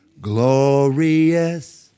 glorious